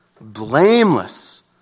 blameless